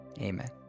Amen